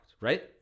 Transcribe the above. right